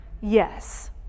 Yes